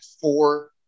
four